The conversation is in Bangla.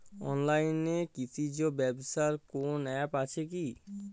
অনলাইনে কৃষিজ ব্যবসার কোন আ্যপ আছে কি?